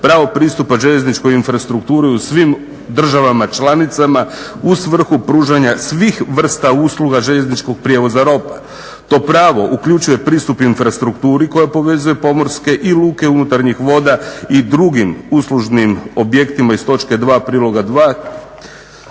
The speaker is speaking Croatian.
pravo pristupa željezničkoj infrastrukturi u svim državama članicama u svrhu pružanja svih vrsta usluga željezničkog prijevoza roba. To pravo uključuje pristup infrastrukturi koja povezuje pomorske i luke unutarnjih voda i drugim uslužnim objektima iz točke 2.